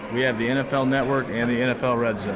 yeah the nfl network and the nfl red zone